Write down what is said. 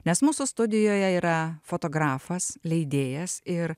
nes mūsų studijoje yra fotografas leidėjas ir